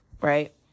right